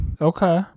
Okay